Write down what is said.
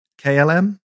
KLM